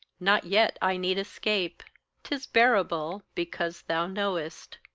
not yet i need escape tis bearable because thou knowest.